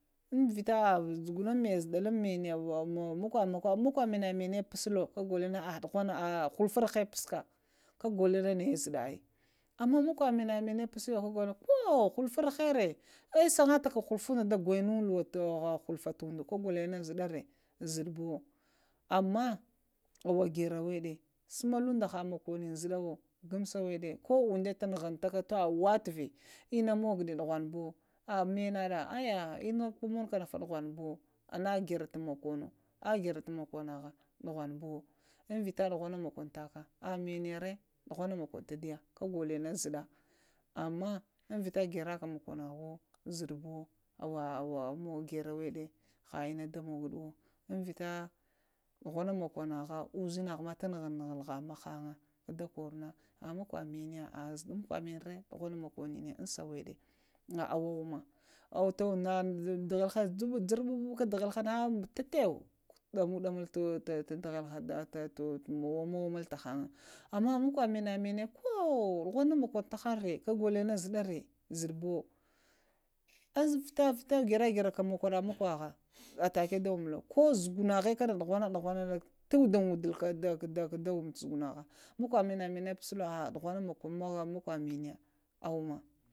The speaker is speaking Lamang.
Ŋ vita hahə, zuguŋum manə zadaluŋ manə, makwa manə, mənəya pasla ah ah ghffa ərha paska kagolo nayə zuɗa əi amma makwa mənaŋma nə puoɗa kagolo na ko ghulfa arharə ah səgafaha ghufun da goyanəta hghga to kagoloyə nə zudurə, ah zuɗuɓu, ama əhgorowaɗa, əluŋ da ha mokoninə ghaŋsa wəɗa, ko umŋda ta zughanta ka tawə wətavə ina moguɗa ɗughuŋɓuwo, ah mənəɗa əya inə məŋuka ɗughanbuwa, garə tu moko noha ah ɗughanbuwa, vita ɗughuŋa moko nota ka ah nəyərə ɗughana mokono tədfiya kagoloya na ɗughana, zuɗa, ŋvita garəka mokanəhowo, zuɗubuwo awə mu garəwaɗi, ha inə ɗamghgɗuwo, ɗughuna mok naha, uzinha ha ma tuguhuntahaŋ, ɗakoro na namakwə manəya, ah zuɗa makwa mənə re hogolo, dakoro huŋ, nənə munə usa wəɗə na əwawa umə, nə daghəlhə juɓ-juɓ juɓa na jur-ɗuɗuka, ah warto tatawə gohəng ɗamutahaŋ, amma makwə məna məniya na, ko ɗughuna mokono tahaŋrə ma zuɗarə, zuɗubu amvita garə-garuka mokokona makwaha vəh atakə da wumzmulo, ko zughunahə kanə ɗughana-ɗughunarə tu wuɗat wuɗulo kə da wamz zugunsha, makwa məkwa mainaŋna tu puslo, ɗughunə mokononə ni ɗa umglo.